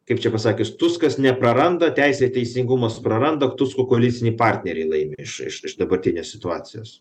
kaip čia pasakius tuskas nepraranda teisė ir teisingumas praranda aktus ko koaliciniai partneriai laimi iš iš iš dabartinės situacijos